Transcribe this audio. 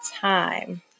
time